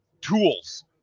tools